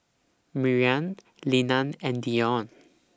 Mariann Linna and Dion